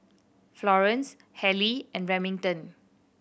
Florence Halley and Remington